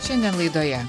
šiandien laidoje